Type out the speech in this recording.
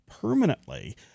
permanently